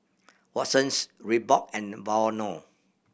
Watsons Reebok and Vono